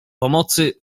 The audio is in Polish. pomocy